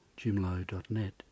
jimlow.net